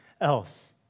else